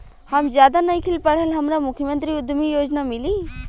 हम ज्यादा नइखिल पढ़ल हमरा मुख्यमंत्री उद्यमी योजना मिली?